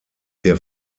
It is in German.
der